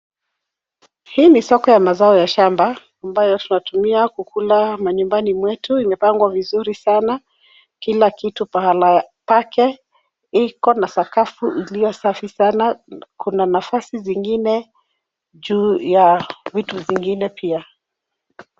Hili ni soko la mazao ya shamba ambayo tunatumia kula manyumbani mwetu. Limepangwa vizuri sana, kila kitu pahali pake. Liko na sakafu iliyo safi sana. Kuna nafasi zingine juu ya vitu vingine pia.